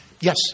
Yes